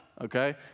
okay